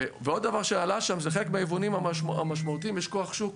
עוד דבר שעלה שם הוא שלחלק מהיבואנים המשמעותיים יש כוח שוק,